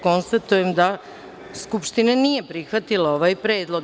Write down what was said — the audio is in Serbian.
Konstatujem da Skupština nije prihvatila ovaj predlog.